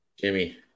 Jimmy